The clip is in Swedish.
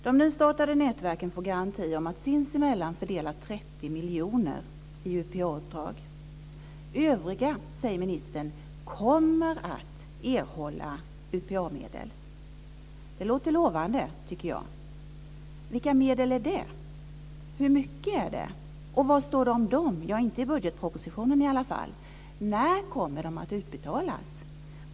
De nystartade nätverken garanteras att sinsemellan få fördela 30 miljoner för UPA-uppdrag. Ministern säger att de övriga kommer att erhålla UPA medel. Jag tycker att det låter lovande. Vilka medel är det fråga om? Hur mycket blir det, och var står det något om dem? - i varje fall inte i budgetpropositionen. När kommer de att utbetalas?